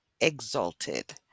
exalted